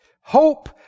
Hope